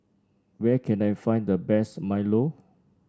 where can I find the best milo